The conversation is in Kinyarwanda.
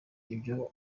ibyo